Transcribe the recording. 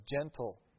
gentle